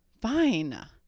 fine